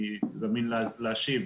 אני זמין להשיב.